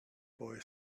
boy